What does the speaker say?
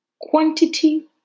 quantity